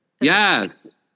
Yes